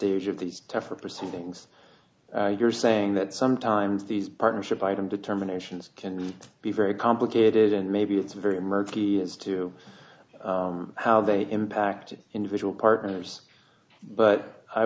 stage of these tougher proceedings you're saying that sometimes these partnership item determinations can be very complicated and maybe it's very murky as to how they impacted individual partners but i